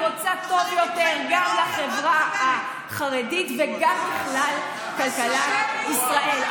אני רוצה שיהיה טוב יותר גם לחברה החרדית וגם לכלכלת ישראל בכלל.